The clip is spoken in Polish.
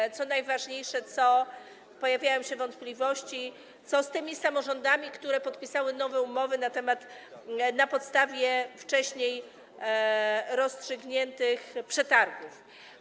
Ale, co najważniejsze, pojawiają się wątpliwości, co z tymi samorządami, które podpisały nowe umowy na podstawie wcześniej rozstrzygniętych przetargów.